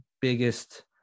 biggest